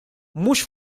mhux